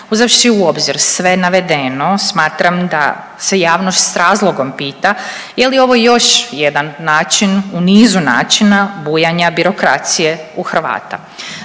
Uzevši u obzir sve navedeno smatram da se javnost s razlogom pita je li ovo još jedan način u niz načina bujanja birokracije u Hrvata.